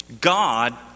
God